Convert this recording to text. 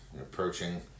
approaching